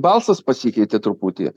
balsas pasikeitė truputį